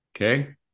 okay